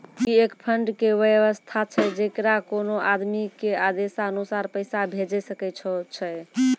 ई एक फंड के वयवस्था छै जैकरा कोनो आदमी के आदेशानुसार पैसा भेजै सकै छौ छै?